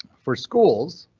for schools,